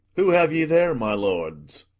who have ye there, my lords?